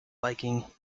biking